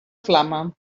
flama